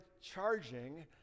charging